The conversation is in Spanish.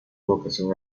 vocación